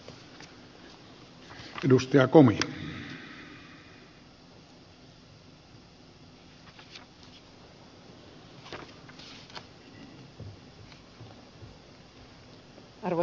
arvoisa herra puhemies